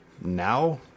Now